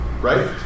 Right